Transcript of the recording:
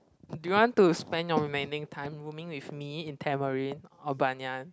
do you want to spend your remaining time roaming with me in Tamarind or Banyan